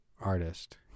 artist